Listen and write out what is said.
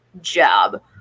job